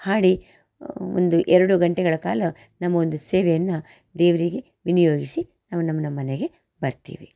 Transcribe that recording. ಹಾಡಿ ಒಂದು ಎರಡು ಗಂಟೆಗಳ ಕಾಲ ನಮ್ಮ ಒಂದು ಸೇವೆಯನ್ನು ದೇವರಿಗೆ ವಿನಿಯೋಗಿಸಿ ನಾವು ನಮ್ಮ ನಮ್ಮ ಮನೆಗೆ ಬರ್ತೀವಿ